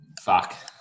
Fuck